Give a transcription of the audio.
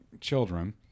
children